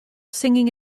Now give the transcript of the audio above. singing